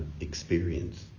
experience